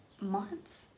months